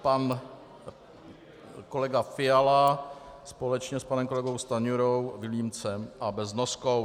B/29 pan kolega Fiala společně s panem kolegou Stanjurou, Vilímcem a Beznoskou.